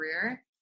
career